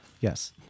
Yes